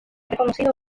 reconocido